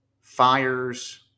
fires